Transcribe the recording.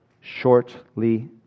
shortly